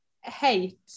hate